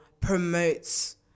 promotes